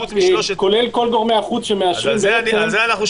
כולל כל גורמי החוץ שמאשרים את הדברים,